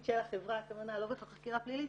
של החברה, הכוונה לא בהכרח חקירה פלילית,